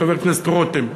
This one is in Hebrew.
חבר הכנסת רותם,